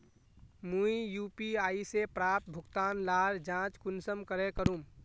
मुई यु.पी.आई से प्राप्त भुगतान लार जाँच कुंसम करे करूम?